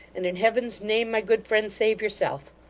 and in heaven's name, my good friend, save yourself!